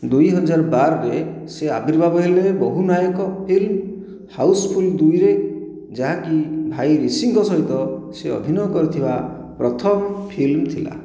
ଦୁଇ ହଜାର ବାରରେ ସେ ଆବିର୍ଭାବ ହେଲେ ବହୁ ନାୟକ ଫିଲ୍ମ 'ହାଉସଫୁଲ ଦୁଇ'ରେ ଯାହାକି ଭାଇ ରିଷିଙ୍କ ସହିତ ସେ ଅଭିନୟ କରିଥିବା ପ୍ରଥମ ଫିଲ୍ମ ଥିଲା